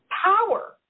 Power